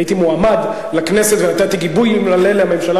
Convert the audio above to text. הייתי מועמד לכנסת ונתתי גיבוי מלא לממשלה